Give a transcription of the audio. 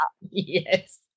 Yes